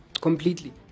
Completely